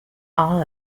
all